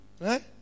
Right